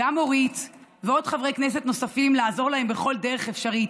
גם אורית וחברי כנסת נוספים לעזור להם בכל דרך אפשרית,